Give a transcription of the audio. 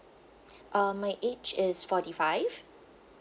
um my age is forty five